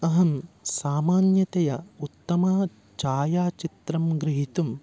अहं सामान्यतया उत्तमं छायाचित्रं ग्रहीतुम्